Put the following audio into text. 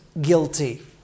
guilty